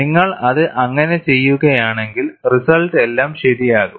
നിങ്ങൾ അത് അങ്ങനെ ചെയ്യുകയാണെങ്കിൽറിസൾട്ട് എല്ലാം ശരിയാകും